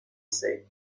said